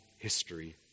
history